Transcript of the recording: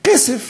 כסף